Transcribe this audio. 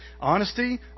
honesty